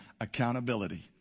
accountability